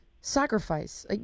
sacrifice